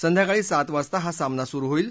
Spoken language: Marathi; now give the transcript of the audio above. संध्याकाळी सात वाजता हा सामना सुरु होईल